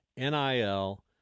NIL